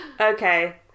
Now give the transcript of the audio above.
Okay